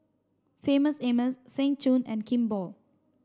Famous Amos Seng Choon and Kimball